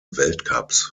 weltcups